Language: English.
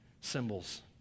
symbols